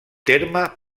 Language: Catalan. terme